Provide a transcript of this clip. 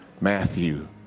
Matthew